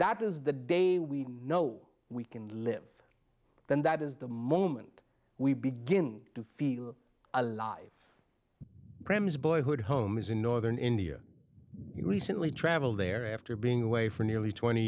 that is the day we know we can live then that is the moment we begin to feel alive brehm's boyhood home is in northern india we recently traveled there after being away for nearly twenty